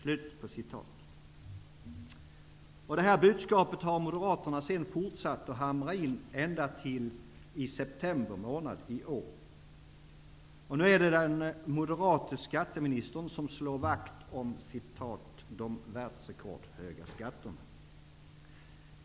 Detta budskap har Moderaterna sedan fortsatt att hamra in ända till september månad i år. Nu är det den moderate skatteministern som slår vakt om ''de världsrekordhöga skatterna''.